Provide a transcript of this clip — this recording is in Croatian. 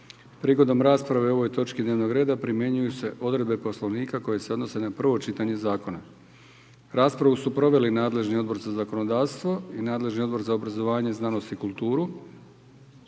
Prigodom rasprave o ovoj točki dnevnog reda primjenjuju se odredbe Poslovnika koje se odnose na prvo čitanje zakona. Raspravu su proveli Odbor za zakonodavstvo i Odbor za poljoprivredu.